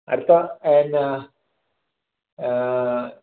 അടുത്ത എന്നാ